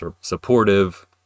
supportive